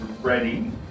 ready